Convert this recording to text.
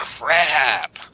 crap